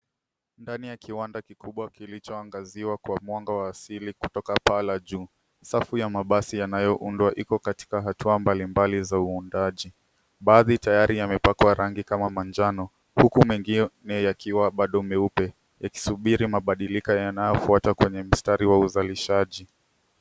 Ndani ya kiwanda kikubwa kilichoangaziwa kwa mwanga wa asili kutoka paa la juu. Safu ya mabasi yanayoundwa iko katika hatua mbalimbali za uundaji. Baadhi tayari yamepakwa rangi kama manjano huku mengine yakiwa bado meupe yakisubiri mabadiliko yanayofuata kwenye mstari wa uzalishaji.